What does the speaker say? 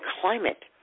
climate